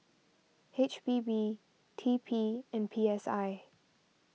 H P B T P and P S I